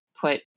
put